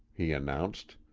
he announced,